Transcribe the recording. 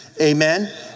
Amen